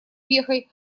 вехой